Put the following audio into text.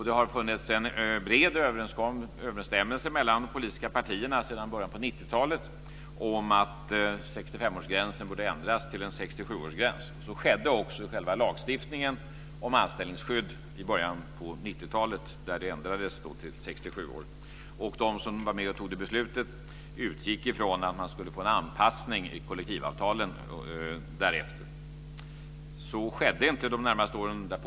Det har funnits en bred överensstämmelse mellan de politiska partierna sedan början på 90-talet om att 65-årsgränsen borde ändras till en 67-årsgräns. Så skedde också i själva lagstiftningen om anställningsskydd i början på 90 talet, då gränsen ändrades till 67 år. De som var med och fattade beslutet utgick från att det skulle ske en anpassning i kollektivavtalen därefter. Så skedde inte de närmaste åren därpå.